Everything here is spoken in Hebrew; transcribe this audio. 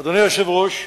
אדוני היושב-ראש,